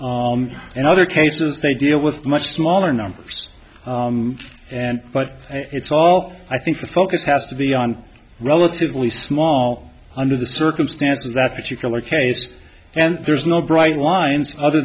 and other cases they deal with much smaller numbers and but it's all i think the focus has to be on relatively small under the circumstances that particular case and there's no bright lines other